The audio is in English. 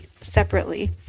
separately